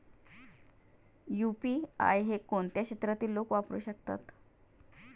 UPI हे कोणत्या क्षेत्रातील लोक वापरू शकतात?